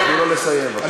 תני לו לסיים, בבקשה.